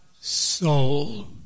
soul